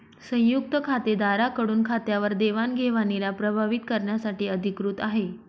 संयुक्त खातेदारा कडून खात्यावर देवाणघेवणीला प्रभावीत करण्यासाठी अधिकृत आहे